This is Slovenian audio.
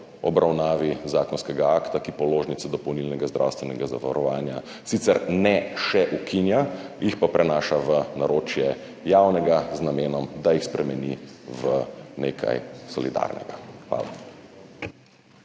obravnavi zakonskega akta, ki položnic dopolnilnega zdravstvenega zavarovanja sicer še ne ukinja, jih pa prenaša v naročje javnega z namenom, da jih spremeni v nekaj solidarnega. Hvala.